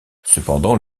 cependant